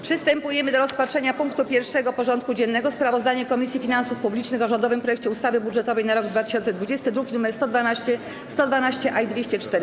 Przystępujemy do rozpatrzenia punktu 1. porządku dziennego: Sprawozdanie Komisji Finansów Publicznych o rządowym projekcie ustawy budżetowej na rok 2020 (druki nr 112, 112-A i 204)